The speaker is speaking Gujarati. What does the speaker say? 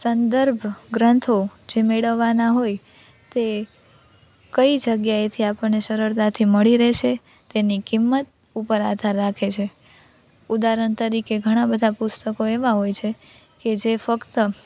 સંદર્ભ ગ્રંથો જે મેળવવાના હોય તે કઈ જગ્યાએથી આપણને સરળતાથી મળી રહેશે તેની કિંમત ઉપર આધાર રાખે છે ઉદાહરણ તરીકે ઘણાં બધા પુસ્તકો એવાં હોય છે કે જે ફક્ત